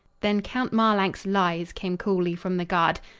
then count marlanx lies, came coolly from the guard.